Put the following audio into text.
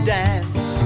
dance